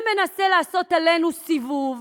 שמנסה לעשות עלינו סיבוב,